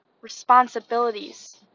responsibilities